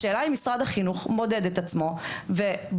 האם משרד החינוך מודד את עצמו ובוחן,